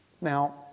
Now